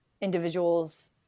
individuals